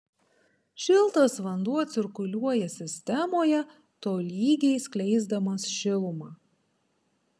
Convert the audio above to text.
šiltas vanduo cirkuliuoja sistemoje tolygiai skleisdamas šilumą